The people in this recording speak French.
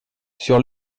sur